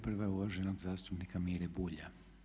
Prva je uvaženog zastupnika Mire Bulja.